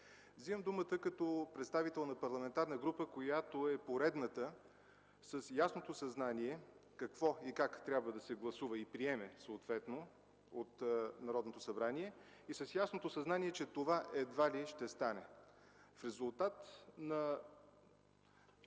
Вземам думата като представител на парламентарна група, която е поредната с ясното съзнание какво и как трябва да се гласува и приема съответно от Народното събрание и с ясното съзнание, че това едва ли ще стане. В резултат на